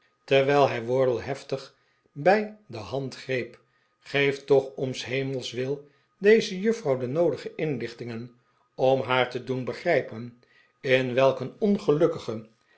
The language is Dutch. terwijl hij wardle heftig bij de hand greep geef toch om s hemels wil deze juffrouw de noodige iniichtingen om haar te doen begrijpen in welk een ongelukkigen